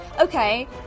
okay